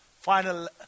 final